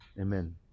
Amen